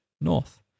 north